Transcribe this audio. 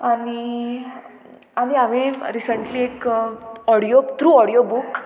आनी आनी हांवें रिसंटली एक ऑडियो थ्रू ऑडियो बूक